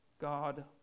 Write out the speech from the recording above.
God